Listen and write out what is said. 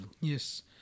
Yes